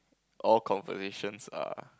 all conversations are